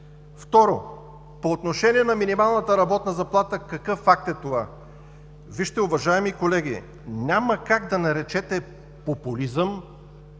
Второ, по отношение на минималната работна заплата, какъв акт е това? Вижте, уважаеми колеги, няма как да наречете популизъм